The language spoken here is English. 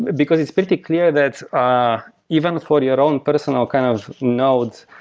because it's pretty clear that ah even for your own personal kind of node,